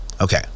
Okay